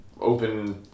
open